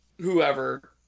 whoever